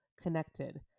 connected